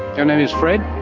your name is fred?